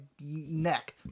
neck